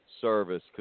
service